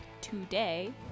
today